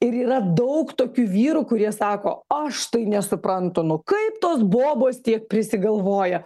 ir yra daug tokių vyrų kurie sako aš tai nesuprantu nu kaip tos bobos tiek prisigalvoja